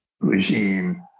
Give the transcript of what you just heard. regime